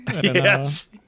Yes